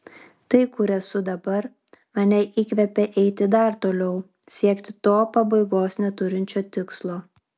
tai kur esu dabar mane įkvepia eiti dar toliau siekti to pabaigos neturinčio tikslo